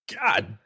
god